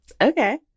Okay